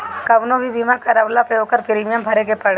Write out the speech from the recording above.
कवनो भी बीमा करवला पअ ओकर प्रीमियम भरे के पड़ेला